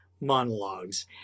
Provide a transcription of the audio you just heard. monologues